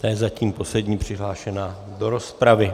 Ta je zatím poslední přihlášená do rozpravy.